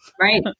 Right